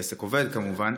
סגור.